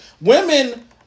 Women